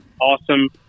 awesome